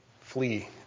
flee